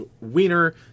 wiener